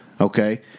Okay